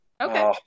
Okay